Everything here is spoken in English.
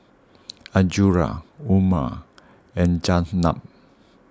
Azura Umar and Zaynab